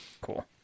Cool